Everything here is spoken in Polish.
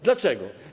Dlaczego?